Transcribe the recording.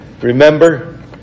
remember